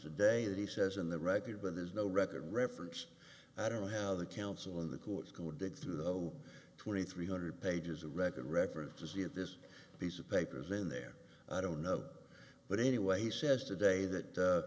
today that he says in the record but there's no record reference i don't know how the council and the courts go dig through the oh twenty three hundred pages of record reference to see if this piece of paper is in there i don't know but anyway he says today that